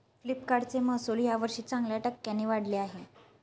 फ्लिपकार्टचे महसुल यावर्षी चांगल्या टक्क्यांनी वाढले आहे